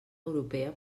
europea